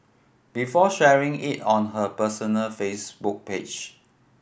before sharing it on her personal Facebook page